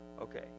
okay